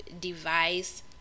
device